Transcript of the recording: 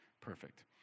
perfect